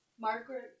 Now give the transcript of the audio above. Margaret